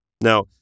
Now